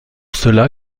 cela